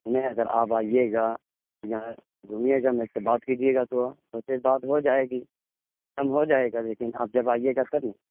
نہیں اگر آپ آئیے گا یہاں گھومیے گا میرے سے بات کیجیے گا تو ویسے بات ہو جائے گی کم ہو جائے گا لیکن آپ جب آئیے گا تب نا